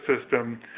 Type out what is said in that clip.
system